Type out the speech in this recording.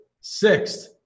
sixth